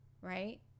Right